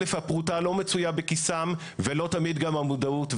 א' הפרוטה לא מצויה בכיסם ולא תמיד גם המודעות.